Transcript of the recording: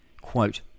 quote